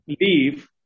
leave